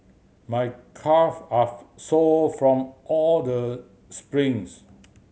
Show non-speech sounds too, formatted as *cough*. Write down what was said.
my calve are *unintelligible* sore from all the sprints